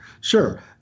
Sure